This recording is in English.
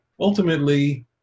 ultimately